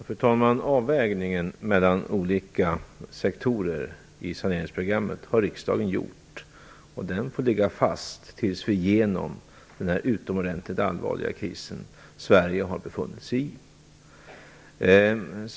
Fru talman! Avvägningen mellan olika sektorer i saneringsprogrammet har riksdagen gjort. Den får ligga fast tills vi gått igenom den utomordenligt allvarliga kris Sverige har befunnit sig i.